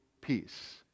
peace